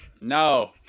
No